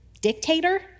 dictator